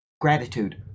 gratitude